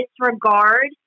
disregard